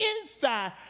inside